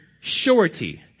surety